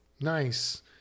Nice